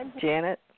Janet